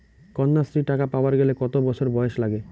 কন্যাশ্রী টাকা পাবার গেলে কতো বছর বয়স লাগে?